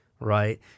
Right